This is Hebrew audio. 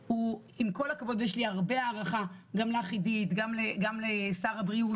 קודם כל אני מצטרפת לברכות גם על הקמת הוועדה וגם כמובן על הדיון